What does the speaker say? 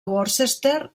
worcester